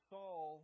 Saul